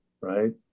Right